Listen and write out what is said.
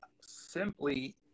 simply